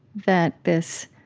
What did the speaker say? that this,